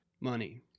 money